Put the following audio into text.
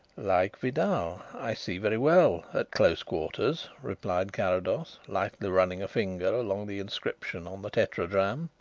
like vidal, i see very well at close quarters, replied carrados, lightly running a forefinger along the inscription on the tetradrachm.